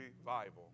revival